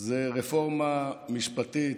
זה רפורמה משפטית,